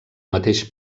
mateix